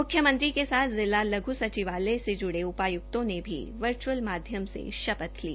म्ख्यमंत्री के साथ जिला लघ् सचिवालयों से ज्ड़े उपायुक्तों ने भी वर्च्अल माध्यम से शपथ ली